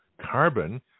carbon